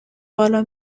بالا